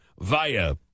via